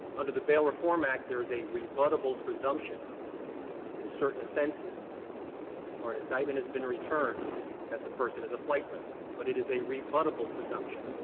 under the bail reform act, there is a rebuttable presumption in certain offenses where an indictment has been returned that the person is a flight risk, but it is a rebuttal presumption.